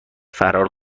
فرار